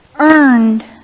Earned